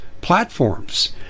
platforms